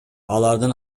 алардын